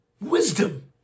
Wisdom